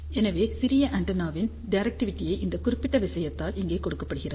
எனவே சிறிய ஆண்டெனாவின் டிரெக்டிவிடி இந்த குறிப்பிட்ட விஷயத்தால் இங்கே கொடுக்கப்படுகிறது